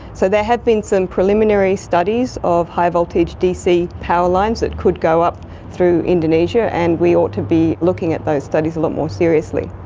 so there have been some preliminary studies of high voltage dc power lines that could go up through indonesia, and we ought to be looking at those studies a lot more seriously.